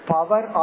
Power